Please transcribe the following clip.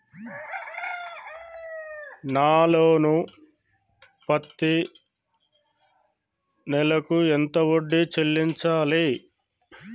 నా లోను పత్తి నెల కు ఎంత వడ్డీ చెల్లించాలి?